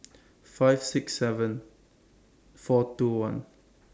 five six seven four two one